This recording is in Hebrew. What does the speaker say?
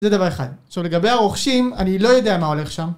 זה דבר אחד. עכשיו לגבי הרוכשים, אני לא יודע מה הולך שם.